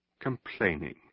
complaining